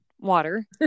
water